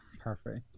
Perfect